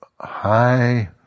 high